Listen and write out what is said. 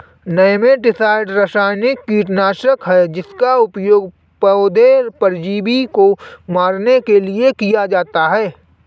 nematicide रासायनिक कीटनाशक है जिसका उपयोग पौधे परजीवी को मारने के लिए किया जाता है